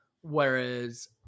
Whereas